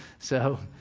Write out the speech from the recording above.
so